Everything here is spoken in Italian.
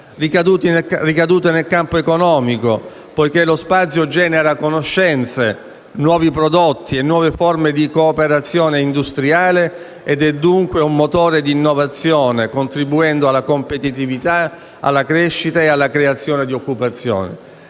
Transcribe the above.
ricadute nel campo economico, poiché lo spazio genera conoscenze, nuovi prodotti e nuove forme di cooperazione industriale ed è dunque un motore d'innovazione, contribuendo alla competitività, alla crescita e alla creazione di occupazione.